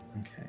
okay